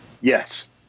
Yes